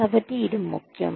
కాబట్టి ఇది ముఖ్యం